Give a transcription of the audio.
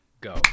go